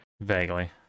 Vaguely